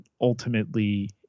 Ultimately